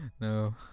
No